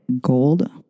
gold